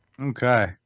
Okay